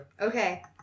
Okay